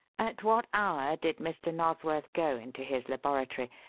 at what hour did mr. nosworth go into his laboratory?